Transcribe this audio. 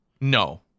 No